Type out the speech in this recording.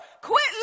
Quit